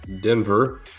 Denver